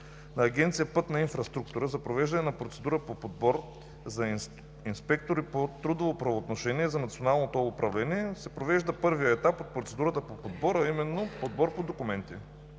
на Агенция „Пътна инфраструктура“ за провеждане на процедура по подбор за инспектори по трудово правоотношение за Национално ТОЛ управление се провежда първия етап от процедурата по подбор, а именно подбор по документи.